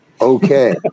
Okay